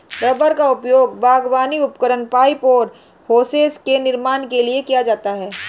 rubber का उपयोग बागवानी उपकरण, पाइप और होसेस के निर्माण के लिए किया जाता है